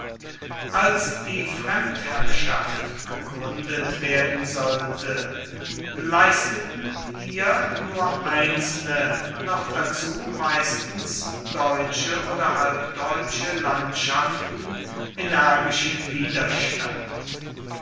als die fremdherrschaft gegründet werden sollte leisteten ihr nur einzelne noch dazu meistens deutsche oder halbdeutsche landschaften energischen widerstand